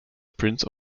prince